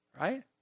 right